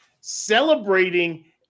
celebrating